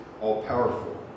all-powerful